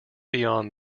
beyond